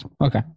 okay